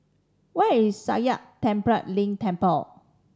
where is Sakya Tenphel Ling Temple